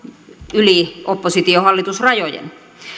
yli oppositio hallitus rajan